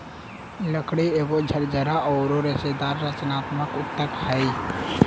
लकड़ी एगो झरझरा औरर रेशेदार संरचनात्मक ऊतक हइ